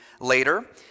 later